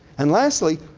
and lastly,